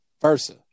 Versa